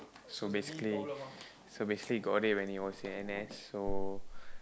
so basically so basically got it when he was in N_S so